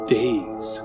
days